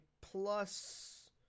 plus